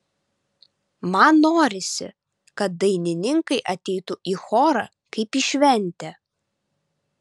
man norisi kad dainininkai ateitų į chorą kaip į šventę